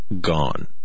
gone